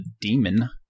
demon